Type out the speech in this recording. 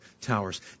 towers